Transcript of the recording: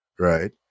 Right